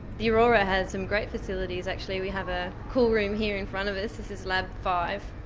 the aurora has some great facilities actually. we have a cool room here in front of us, this is lab five.